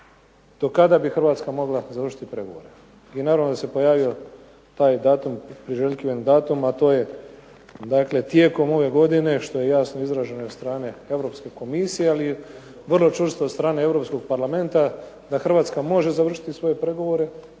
do kada bi Hrvatska mogla završiti pregovore. I naravno da se pojavio taj datum, priželjkivani datum, a to je tijekom ove godine. Što je jasno izraženo i od strane Europske komisije, ali vrlo čvrsto i od strane Europskog parlamenta da Hrvatska može završiti svoje pregovore